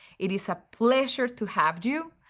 it is a pleasure to have you.